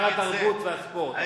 שר התרבות והספורט.